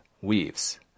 weaves